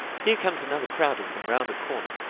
here comes another crowd of them round the corner,